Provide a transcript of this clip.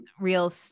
real